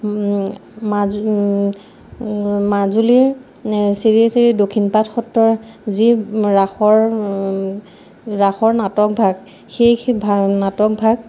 মাজুলীৰ শ্ৰী শ্ৰী দক্ষিণপাট সত্ৰৰ যি ৰাসৰ ৰাসৰ নাটক ভাগ সেই নাটক ভাগ